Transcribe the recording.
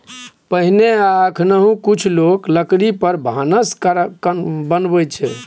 पहिने आ एखनहुँ कुछ लोक लकड़ी पर भानस बनबै छै